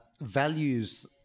Values